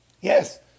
Yes